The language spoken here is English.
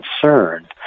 concerned